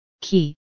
key